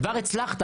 כבר הצלחת,